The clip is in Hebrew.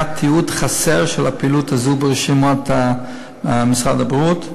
תיעוד-חסר של הפעילות הזאת ברשימות משרד הבריאות.